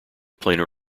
planar